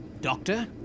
Doctor